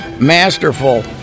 masterful